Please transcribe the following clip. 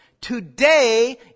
Today